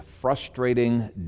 frustrating